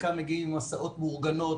חלקם מגיעים עם הסעות מאורגנות,